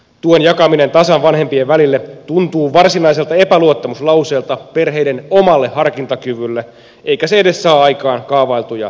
tuen jakaminen tasan vanhempien välille tuntuu varsinaiselta epäluottamuslauseelta perheiden omalle harkintakyvylle eikä se edes saa aikaan kaavailtuja säästöjä